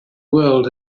world